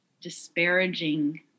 disparaging